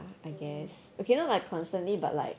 oh